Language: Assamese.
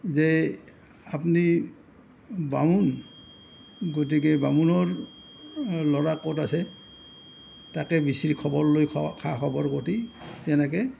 যে আপনি বামুণ গতিকে বামুণৰ ল'ৰা ক'ত আছে তাকে বিচৰি খবৰ লৈ খা খবৰ কৰি তেনেকে